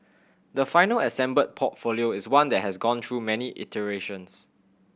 the final assembled portfolio is one that has gone through many iterations